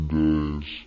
days